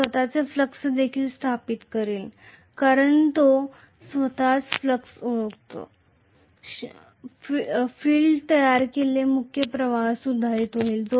हे स्वतःचे फ्लक्स देखील स्थापित करेल कारण तो स्वतःचा फ्लक्स ओळखतो फील्ड करंट तयार केलेला मुख्य प्रवाह सुधारित होईल